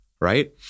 right